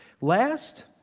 Last